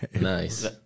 nice